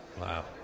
Wow